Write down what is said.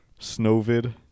snowvid